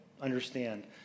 understand